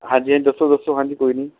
ਹਾਂਜੀ ਹਾਂਜੀ ਦੱਸੋ ਦੱਸੋ ਹਾਂਜੀ ਕੋਈ ਨਹੀਂ